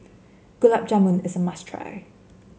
Gulab Jamun is a must try